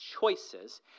choices